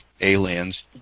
aliens